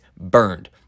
burned